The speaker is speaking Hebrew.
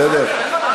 בסדר?